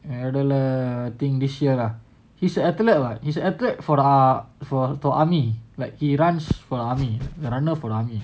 நடுவுல:naduvula think this year lah he's an athlete lah is athlete for ah for the army like he runs for the army the runner for the army